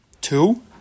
Two